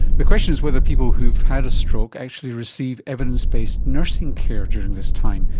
the question is whether people who've had a stroke actually receive evidence-based nursing care during this time,